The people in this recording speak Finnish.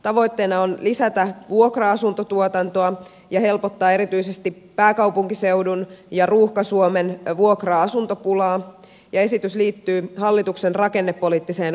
tavoitteena on lisätä vuokra asuntotuotantoa ja helpottaa erityisesti pääkaupunkiseudun ja ruuhka suomen vuokra asuntopulaa ja esitys liittyy hallituksen rakennepoliittiseen ohjelmaan